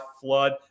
flood